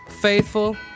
Faithful